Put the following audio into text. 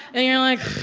and you're like,